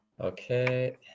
Okay